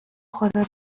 خدا